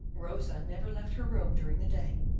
rosa never left her room during the day,